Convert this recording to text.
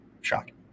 Shocking